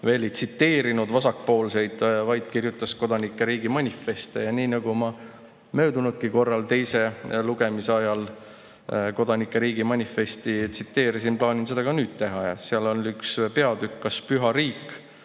veel ei tsiteerinud vasakpoolseid, vaid kirjutas "Kodanike riigi manifesti". Nii nagu ma möödunud korral teise lugemise ajal "Kodanike riigi manifesti" tsiteerisin, plaanin seda ka nüüd teha. Seal on üks peatükk "Kas Püha Riik